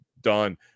done